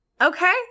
Okay